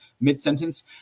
mid-sentence